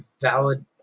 valid